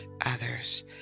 others